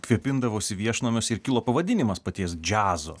kvėpindavosi viešnamiuose ir kilo pavadinimas paties džiazo